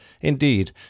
Indeed